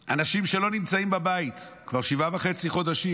אנשים שלא נמצאים בבית כבר שבעה וחצי חודשים,